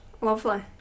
Lovely